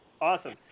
Awesome